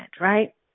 right